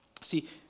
See